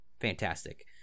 Fantastic